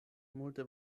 multe